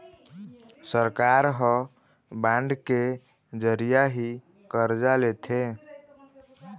सरकार ह बांड के जरिया ही करजा लेथे